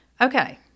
Okay